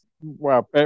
Wow